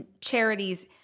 charities